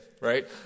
right